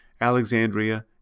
Alexandria